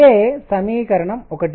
ఇదే సమీకరణం1